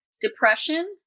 depression